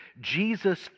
Jesus